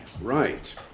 Right